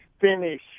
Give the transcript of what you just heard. finish